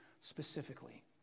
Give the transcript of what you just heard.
specifically